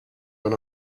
been